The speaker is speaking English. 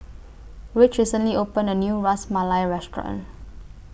Ridge recently opened A New Ras Malai Restaurant